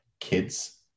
kids